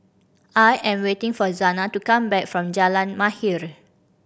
I am waiting for Zana to come back from Jalan Mahir